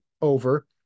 over